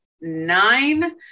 nine